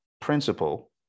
principle